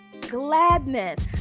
gladness